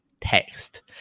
text